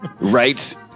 Right